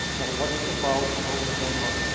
what what it was about and what was going on.